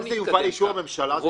אם זה יובא לאישור הממשלה, זאת התקדמות.